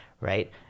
right